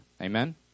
Amen